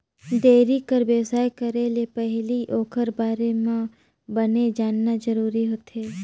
dairy कर बेवसाय करे ले पहिली ओखर बारे म बने जानना जरूरी होथे